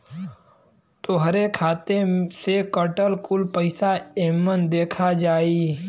तोहरे खाते से कटल कुल पइसा एमन देखा जाई